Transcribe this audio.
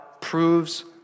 proves